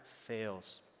fails